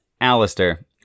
Alistair